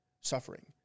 suffering